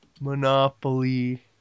Monopoly